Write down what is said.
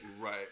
Right